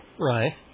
Right